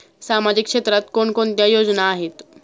सामाजिक क्षेत्रात कोणकोणत्या योजना आहेत?